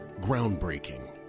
Groundbreaking